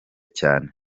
cyane